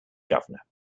governor